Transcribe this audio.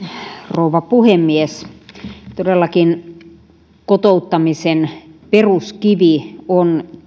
rouva puhemies todellakin kotouttamisen peruskivi on